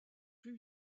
plus